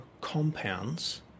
compounds